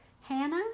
Hannah